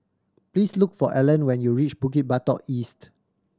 please look for Allan when you reach Bukit Batok East